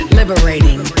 liberating